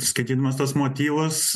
skaitydamas tuos motyvas